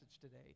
today